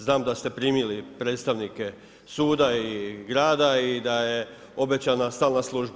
Znam da ste primili predstavnike suda i grada i da je obećana stalna služba.